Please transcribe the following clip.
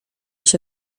się